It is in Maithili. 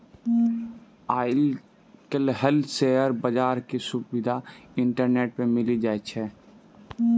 आइ काल्हि शेयर बजारो के सुविधा इंटरनेटो पे मिली जाय छै